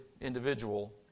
individual